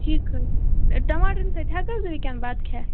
ٹھیٖک حظ ٹماٹرَن سۭتۍ ہٮ۪کہٕ حظ وٕنۍکٮ۪ن بَتہٕ کھٮ۪تھ